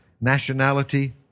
nationality